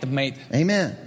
Amen